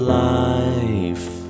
life